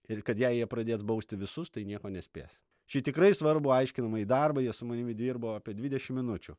ir kad jei jie pradės bausti visus tai nieko nespės šį tikrai svarbu aiškinamąjį darbą jie su manimi dirbo apie dvidešimt minučių